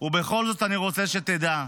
ובכל זאת, אני רוצה שתדע,